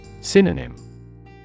Synonym